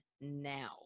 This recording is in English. now